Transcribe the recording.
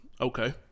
Okay